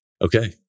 Okay